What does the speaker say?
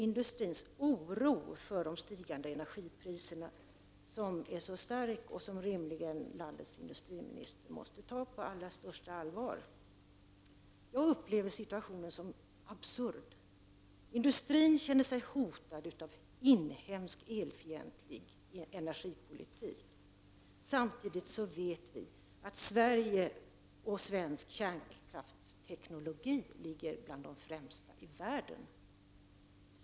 Industrins oro för de stigande energipriserna är stark, och den måste rimligen landets industriminsiter ta på allra största allvar. Jag upplever situationen som absurd. Industrin känner sig hotad av inhemsk elfientlig energipolitik, samtidigt som vi vet att svensk kärnkraftsteknologi är bland de främsta i världen.